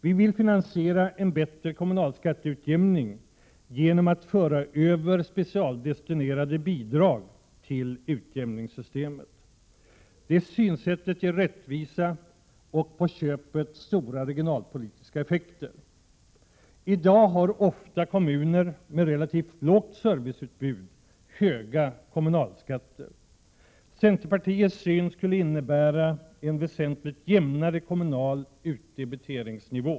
Vi vill finansiera en bättre kommunalskatteutjämning genom att föra över specialdestinerade bidrag till utjämningssystemet. Det synsättet ger rättvisa och på köpet stora regionalpolitiska effekter. I dag har ofta kommuner med relativt lågt serviceutbud höga kommunalskatter. Centerpartiets syn skulle innebära en väsentligt jämnare kommunal utdebiteringsnivå.